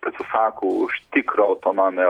pasisako už tikrą autonomiją